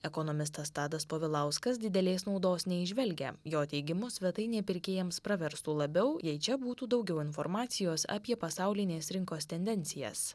ekonomistas tadas povilauskas didelės naudos neįžvelgia jo teigimu svetainė pirkėjams praverstų labiau jei čia būtų daugiau informacijos apie pasaulinės rinkos tendencijas